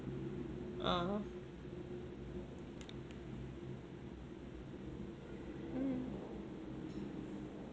ah mm